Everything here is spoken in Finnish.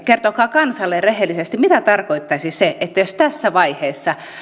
kertokaa kansalle rehellisesti mitä tarkoittaisi se että jos tässä vaiheessa